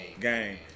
game